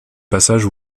passage